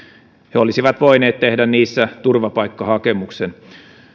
he olisivat voineet tehdä niissä turvapaikkahakemuksen